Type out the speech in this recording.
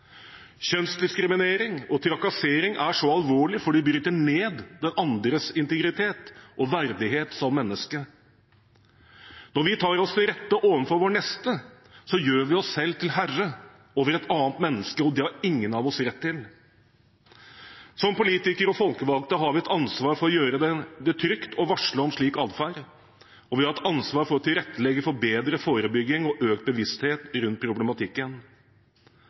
Kjønnsdiskriminering og trakassering er så alvorlig, for det bryter ned den andres integritet og verdighet som menneske. Når vi tar oss til rette overfor vår neste, gjør vi oss selv til herre over et annet menneske, og det har ingen av oss rett til. Som politikere og folkevalgte har vi et ansvar for å gjøre det trygt å varsle om slik atferd, og vi har et ansvar for å tilrettelegge for bedre forebygging og økt bevissthet rundt problematikken.